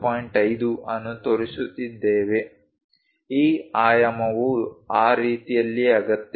5 ಅನ್ನು ತೋರಿಸುತ್ತಿದ್ದೇವೆ ಈ ಆಯಾಮವು ಆ ರೀತಿಯಲ್ಲಿ ಅಗತ್ಯವಿಲ್ಲ